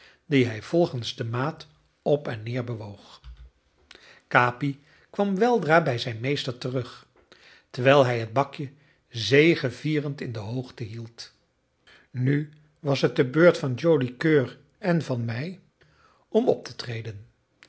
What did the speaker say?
die hij volgens de maat op en neer bewoog capi kwam weldra bij zijn meester terug terwijl hij het bakje zegevierend in de hoogte hield nu was het de beurt van joli coeur en van mij om op te treden